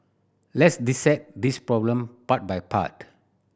let's dissect this problem part by part